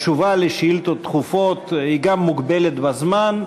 תשובה על שאילתות דחופות היא גם מוגבלת בזמן,